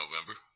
November